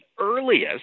earliest